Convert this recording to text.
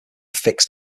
fixed